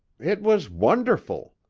it was wonderful!